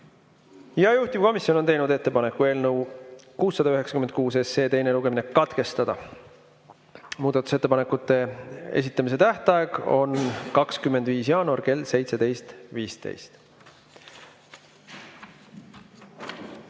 Juhtivkomisjon on teinud ettepaneku eelnõu 696 teine lugemine katkestada. Muudatusettepanekute esitamise tähtaeg on 25. jaanuar kell 17.15.